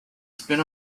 spin